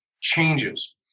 changes